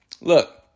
Look